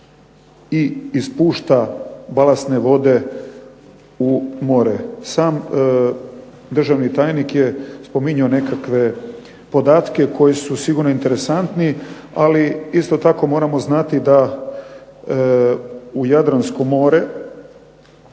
i ispušta balastne vode u more. Sam državni tajnik je spominjao nekakve podatke koji su sigurno interesantni ali isto tako moramo znati da u Jadransko more,